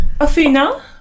Athena